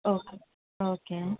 okay okay